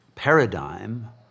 paradigm